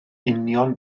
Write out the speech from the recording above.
union